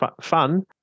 fun